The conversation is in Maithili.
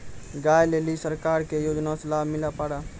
गाय ले ली सरकार के योजना से लाभ मिला पर?